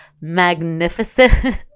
magnificent